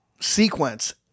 sequence